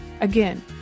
Again